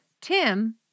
Tim